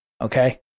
Okay